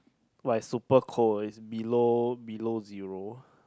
but it's super cold it's below below zero